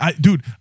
Dude